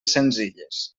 senzilles